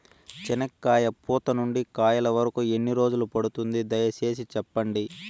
చెనక్కాయ పూత నుండి కాయల వరకు ఎన్ని రోజులు పడుతుంది? దయ సేసి చెప్పండి?